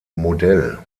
modell